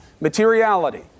Materiality